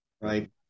right